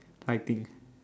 lighting